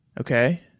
Okay